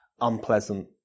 unpleasant